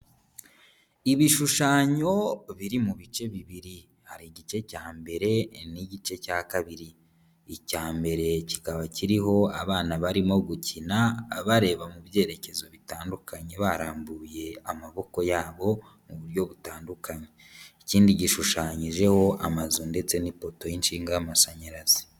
Ibishushanyo biri mu bice bibiri, hari igice cya mbere n'igice cya kabiri . Icya mbere kikaba kiriho abana barimo gukina abareba mu byerekezo bitandukanye barambuye amaboko yabo ,mu buryo butandukanye ,ikindi gishushanyijeho amazu ndetse n'ipoto y'insinga y'amashanyarazi.